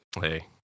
hey